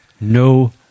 No